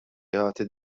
jagħti